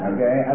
Okay